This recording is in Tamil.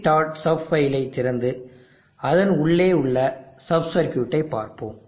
sub ஃபைலை திறந்து அதன் உள்ளே உள்ள சப் சர்க்யூட்டைப் பார்ப்போம்